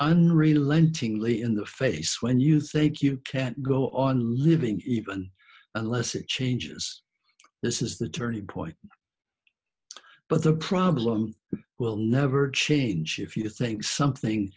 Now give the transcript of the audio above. unrelentingly in the face when you think you can't go on living even unless it changes this is the turning point but the problem will never change if you think something